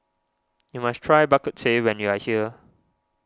you must try Bak Kut Teh when you are here